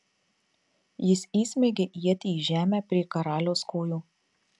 jis įsmeigia ietį į žemę prie karaliaus kojų